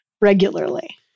regularly